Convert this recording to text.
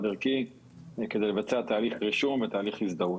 ערכי כדי לבצע תהליך רישום ותהליך הזדהות.